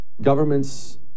governments